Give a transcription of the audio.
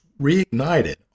reignited